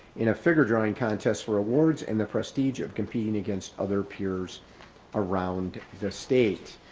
in a figure drawing contest for awards and the prestige of competing against other peers around the state.